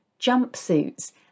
jumpsuits